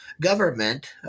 government